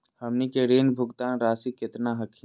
हमनी के ऋण भुगतान रासी केतना हखिन?